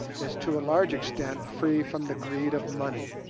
is to a large extent free from the greed of money,